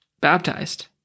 baptized